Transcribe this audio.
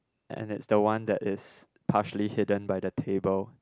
and it's the one that is partially hidden by the table